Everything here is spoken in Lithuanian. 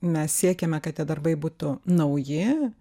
mes siekiame kad tie darbai būtų nauji